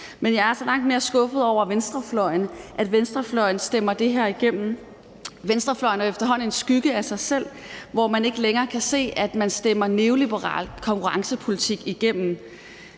Men jeg er så langt mere skuffet over, at venstrefløjen stemmer det her igennem. Venstrefløjen er efterhånden en skygge af sig selv, hvor man ikke længere kan se, at man stemmer neoliberal konkurrencepolitik igennem.